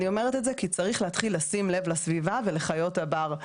אני אומרת את זה כי צריך להתחיל לשים לב לסביבה ולחיות הבר.